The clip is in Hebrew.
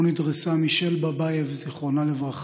שבו נדרסה מישל בבייב ז"ל,